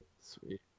Sweet